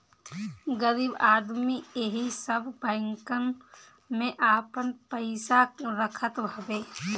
गरीब आदमी एही सब बैंकन में आपन पईसा रखत हवे